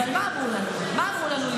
אבל מה אמרו לנו, לימור?